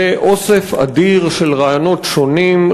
זה אוסף אדיר של רעיונות שונים,